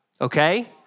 okay